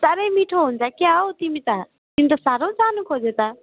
साह्रै मिठो हुन्छ क्या हो तिमी त तिमी त साह्रो जानु खोज्यो त